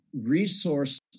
resource